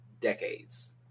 decades